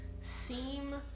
seem